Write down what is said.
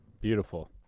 Beautiful